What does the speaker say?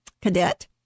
cadet